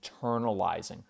internalizing